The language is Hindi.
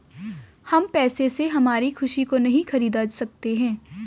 हम पैसे से हमारी खुशी को नहीं खरीदा सकते है